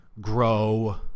grow